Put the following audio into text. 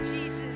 Jesus